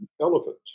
Elephant